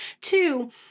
two